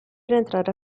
rientrare